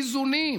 איזונים,